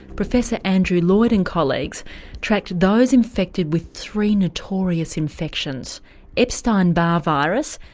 professor andrew lloyd and colleagues tracked those infected with three notorious infections epstein barr virus,